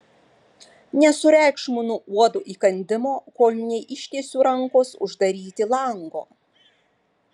nesureikšminu uodo įkandimo kol neištiesiu rankos uždaryti lango